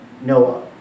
Noah